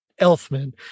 Elfman